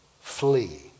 flee